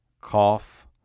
Cough